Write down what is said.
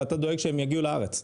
ואתה דואג שהם יגיעו לארץ.